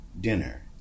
dinner